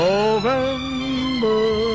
November